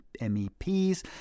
MEPs